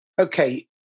Okay